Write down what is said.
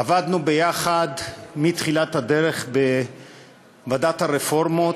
עבדנו יחד, מתחילת הדרך בוועדת הרפורמות,